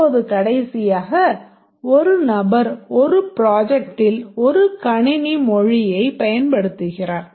இப்போது கடைசியாக ஒரு நபர் ஒரு ப்ராஜெக்ட்டில் ஒரு கணினி மொழியைப் பயன்படுத்துகிறார்